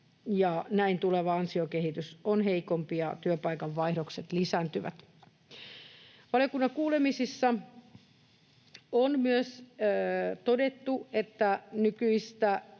näin tuleva ansiokehitys on heikompi ja työpaikan vaihdokset lisääntyvät. Valiokunnan kuulemisissa on myös todettu, että nykyistä